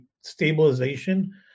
stabilization